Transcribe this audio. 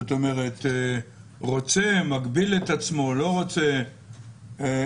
זאת אומרת, רוצה מגביל את עצמו, לא רוצה ---.